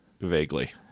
Vaguely